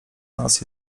nas